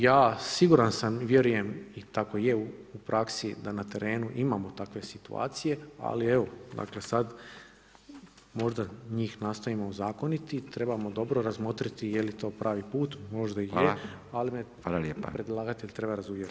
Ja siguran sam i vjerujem i tako i je u praksi da na terenu imamo takve situacije ali evo dakle sad možda njih nastojimo ozakoniti, trebamo dobro razmotriti je li to pravi put, možda je ali me predlagatelj treba razuvjeriti.